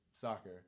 soccer